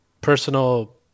personal